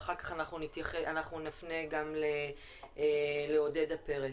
ואחר כך אנחנו נפנה גם לעודדה פרץ.